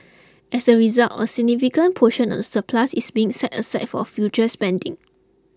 as a result a significant portion of the surplus is being set aside for future spending